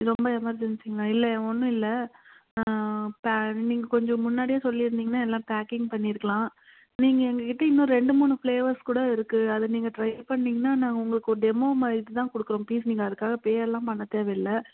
ரொம்ப எமெர்ஜென்சிங்களா இல்லை ஒன்று இல்லை நீங்கள் கொஞ்சம் முன்னாடியே சொல்லியிருந்திங்னா எல்லாம் பேக்கிங் பண்ணியிருக்கலாம் நீங்கள் எங்கள் கிட்டே இன்னும் ரெண்டு மூணு ஃபிளேவர்ஸ் கூட இருக்குது அதை நீங்கள் ட்ரை பண்ணிங்கன்னால் நான் உங்களுக்கு ஒரு டெமோ மாதிரி இதுதான் கொடுக்குறோம் ப்ளீஸ் நீங்கள் அதுக்காக பேயெல்லாம் பண்ண தேவைல்ல